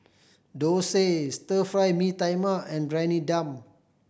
dosa Stir Fry Mee Tai Mak and Briyani Dum